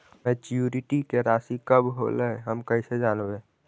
Maturity के रासि कब होलै हम कैसे जानबै?